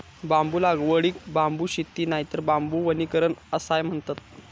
बांबू लागवडीक बांबू शेती नायतर बांबू वनीकरण असाय म्हणतत